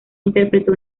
interpretó